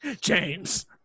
James